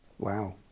Wow